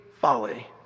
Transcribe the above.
folly